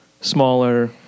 smaller